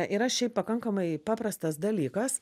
yra šiaip pakankamai paprastas dalykas